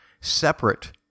separate